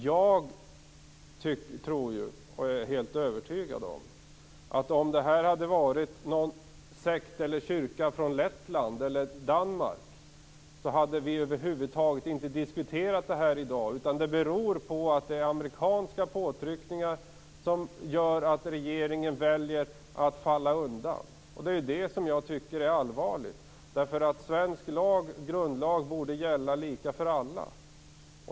Jag är helt övertygad om att om det här hade varit någon sekt eller kyrka från Lettland eller Danmark så hade vi över huvud taget inte diskuterat det här i dag. Det beror på att det är amerikanska påtryckningar som gör att regeringen väljer att falla undan. Det är det jag tycker är allvarligt. Svensk grundlag borde gälla lika för alla.